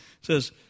says